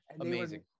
Amazing